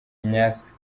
agnès